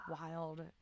wild